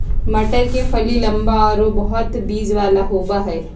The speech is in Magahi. मटर के फली लम्बा आरो बहुत बिज वाला होबा हइ